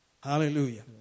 Hallelujah